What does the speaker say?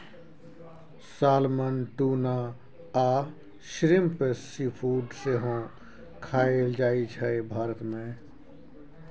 salmon, tuna आ shrimp seafood सेहो खाएल जाइ छै भारत मे